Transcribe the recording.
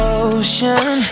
ocean